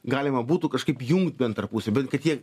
galima būtų kažkaip jungt bent tarpusavyje bent kad jie